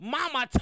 Mama